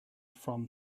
from